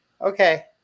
Okay